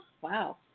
Wow